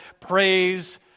praise